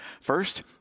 First